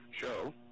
show